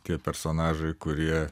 tie personažai kurie